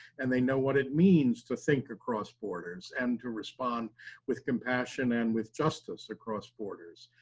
and they know what it means to think across borders, and to respond with compassion and with justice across borders.